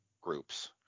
groups